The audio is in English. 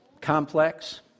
complex